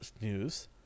news